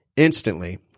Instantly